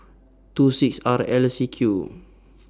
two six R L C Q